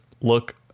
look